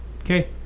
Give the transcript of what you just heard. Okay